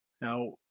Now